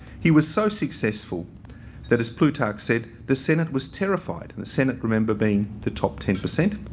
he was so successful that as plutarch said, the senate was terrified and the senate remember being the top ten percent,